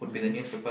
mmhmm